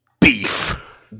Beef